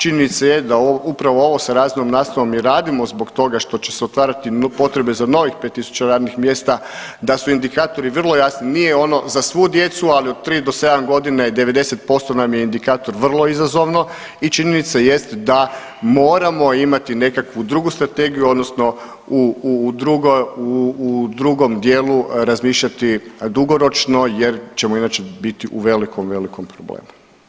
Činjenica je da upravo ovo sa razrednom nastavom i radimo zbog toga što će se otvarati i potrebe za novih 5 tisuća radnih mjesta, da su indikatori vrlo jasni, nije ono, za svu djecu, ali od 3 do 7 godina je 90% nam je indikator vrlo izazovno i činjenica jest da moramo imati nekakvu drugu strategiju, odnosno u drugom dijelu razmišljati dugoročno jer ćemo inače biti u velikom, velikom problemu.